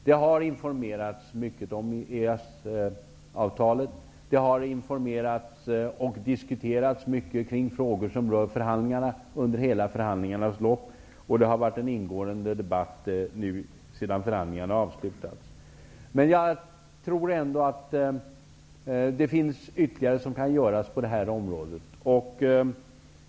Det har informerats mycket om EES-avtalet. Det har givits information kring frågor som har rört förhandlingarna under förhandlingarnas lopp. Det har varit en ingående debatt sedan förhandlingarna avslutades. Men jag tror ändå att det finns ytterligare sådant som kan göras på det här området.